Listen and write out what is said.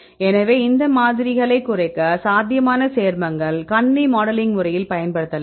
எனவே இந்த மாதிரிகளைக் குறைக்க சாத்தியமான சேர்மங்கள் கணினி மாடலிங் முறையில் பயன்படுத்தலாம்